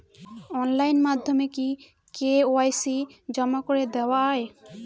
Online মাধ্যমে কি KYC জমা করে দেওয়া য়ায়?